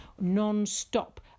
non-stop